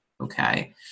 okay